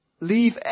leave